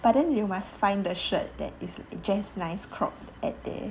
but then you must find the shirt that is just nice cropped at there